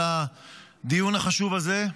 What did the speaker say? על הדיון החשוב הזה.